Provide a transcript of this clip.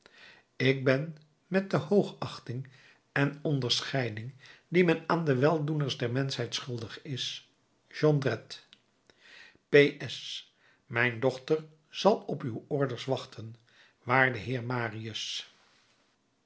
ik ben met de hoogachting en onderscheiding die men aan de weldoeners der menschheid schuldig is jondrette p s mijn dochter zal op uw orders wachten waarde heer